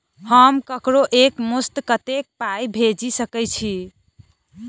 हम ककरो एक मुस्त कत्तेक पाई भेजि सकय छी?